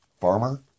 Farmer